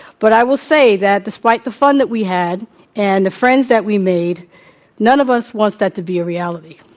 but i will say that despite the fun that we had and the friends that we made none of us wants that to be a reality.